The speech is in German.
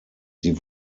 sie